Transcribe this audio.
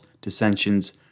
dissensions